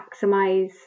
maximize